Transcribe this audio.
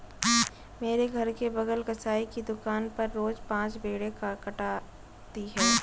मेरे घर के बगल कसाई की दुकान पर रोज पांच भेड़ें कटाती है